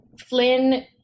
Flynn